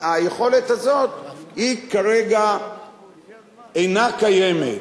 היכולת הזאת כרגע אינה קיימת.